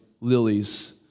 lilies